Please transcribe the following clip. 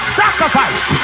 sacrifice